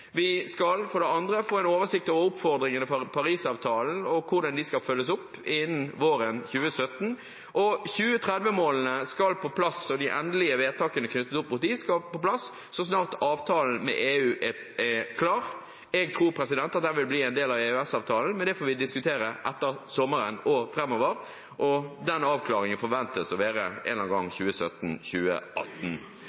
Vi skal for det andre få en oversikt over oppfordringene fra Paris-avtalen og hvordan de skal følges opp, innen våren 2017. 2030-målene skal på plass – og de endelige vedtakene knyttet opp mot dem skal på plass så snart avtalen med EU er klar. Jeg tror at det vil bli en del av EØS-avtalen, men det får vi diskutere etter sommeren og framover, og den avklaringen forventes å være en eller annen gang